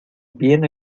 bien